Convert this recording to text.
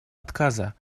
отказа